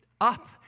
up